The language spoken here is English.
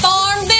Farm